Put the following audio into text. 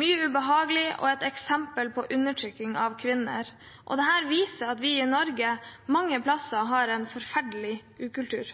mye er ubehagelig og eksempler på undertrykking av kvinner. Dette viser at vi i Norge mange plasser har en forferdelig ukultur.